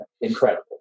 incredible